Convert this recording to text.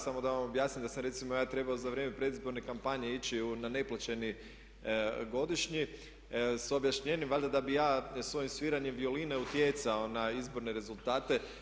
Samo da vam objasnim da sam recimo ja trebao za vrijeme predizborne kampanje ići na neplaćeni godišnji s objašnjenjem valjda da bih ja svojim sviranjem violine utjecao na izborne rezultate.